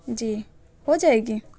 جی ہو جائے گی